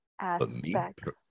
Aspects